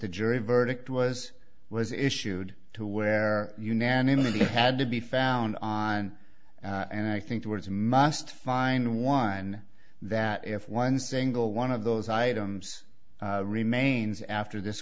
the jury verdict was was issued to where unanimously had to be found on and i think the words must find one that if one single one of those items remains after this